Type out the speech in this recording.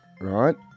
Right